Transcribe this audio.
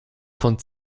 von